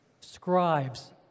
scribes